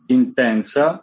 intensa